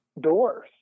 doors